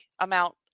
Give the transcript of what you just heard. amount